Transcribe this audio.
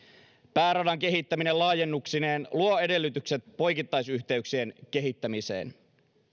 pääradan kehittäminen laajennuksineen luo edellytykset poikittaisyhteyksien kehittämiseen